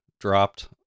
dropped